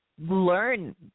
learn